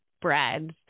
breads